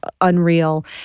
unreal